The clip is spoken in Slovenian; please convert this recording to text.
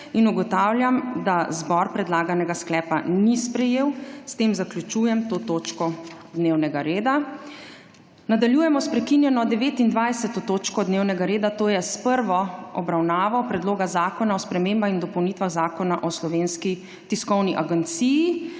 Ugotavljam, da zbor predlaganega sklepa ni sprejel. S tem zaključujem to točko dnevnega reda. Nadaljujemo s prekinjeno 29. točko dnevnega reda, to je s prvo obravnavo Predloga zakona o spremembah in dopolnitvah Zakona o Slovenski tiskovni agenciji.